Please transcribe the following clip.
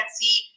see